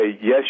yes